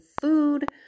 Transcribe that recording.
food